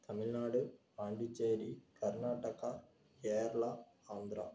Tamil Nadu Pondicherry Karnataka Kerala Andhra